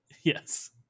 Yes